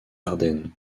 ardennes